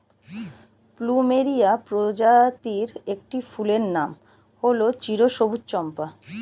plumeria প্রজাতির একটি ফুলের নাম হল চিরসবুজ চম্পা